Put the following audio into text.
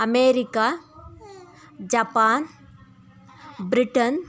America Japan Britain